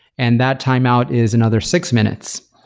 and that timeout is another six minutes.